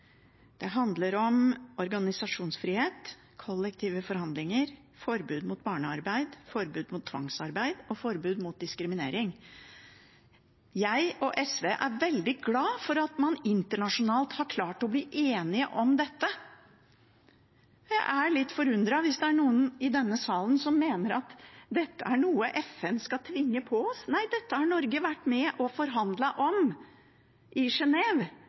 organisasjonsfrihet, kollektive forhandlinger, forbud mot barnearbeid, forbud mot tvangsarbeid og forbud mot diskriminering. Jeg og SV er veldig glade for at man internasjonalt har klart å bli enige om dette. Jeg er litt forundret hvis det er noen i denne salen som mener at dette er noe FN skal tvinge på oss. Nei, dette har Norge vært med og forhandlet om i